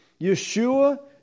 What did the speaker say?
Yeshua